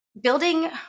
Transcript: building